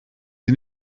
sie